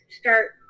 start